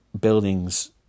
buildings